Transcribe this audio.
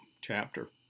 chapter